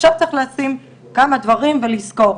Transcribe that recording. עכשיו צריך לשים כמה דברים ולזכור,